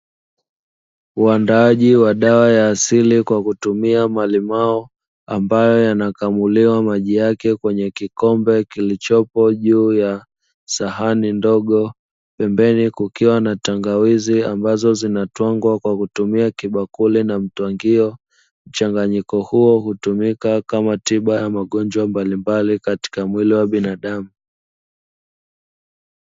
Uandaaji wa dawa ya asili kwa kutumia malimao, ambayo yanakamuliwa maji yake kwenye kikombe kilichopo juu ya sahani ndogo, pembeni kukiwa na tangawizi ambazo zinatwangwa kwa kutumia kibakuli na mtwangio. Mchanganyiko huo hutumika kama tiba ya magonjwa mbalimbali katika mwili wa binadamu.